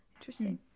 Interesting